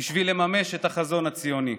בשביל לממש את החזון הציוני.